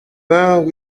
vingt